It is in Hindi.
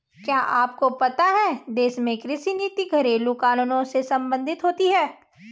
क्या आपको पता है देश में कृषि नीति घरेलु कानूनों से सम्बंधित होती है?